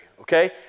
Okay